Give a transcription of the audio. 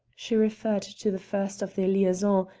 she referred to the first of their liaison,